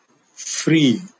free